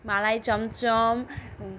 মালাই chamcham